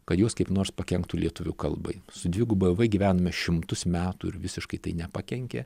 kad jos kaip nors pakenktų lietuvių kalbai su dviguba v gyvename šimtus metų ir visiškai tai nepakenkė